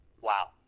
wow